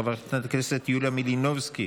חברת הכנסת יוליה מלינובסקי,